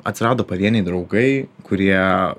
atsirado pavieniai draugai kurie